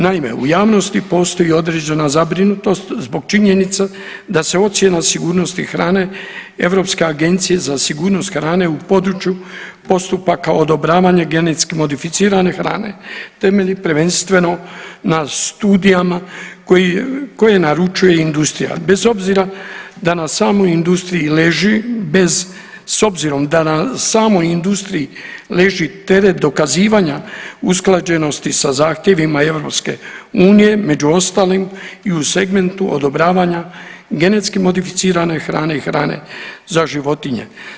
Naime, u javnosti postoji određena zabrinutost zbog činjenica da se ocjena sigurnosti hrane Europske agencije za sigurnost hrane u području postupaka odobravanja genetski modificirane hrane temelji prvenstveno na studijama koje naručuje industrija bez obzira da na samoj industriji leži, s obzirom da na samoj industriji leži teret dokazivanja usklađenosti sa zahtjevima EU među ostalim i u segmentu odobravanja genetski modificirane hrane i hrane za životinje.